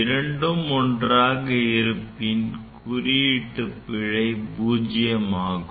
இரண்டும் ஒன்றாக இருப்பின் குறியீட்டு பிழை பூஜ்யம் ஆகும்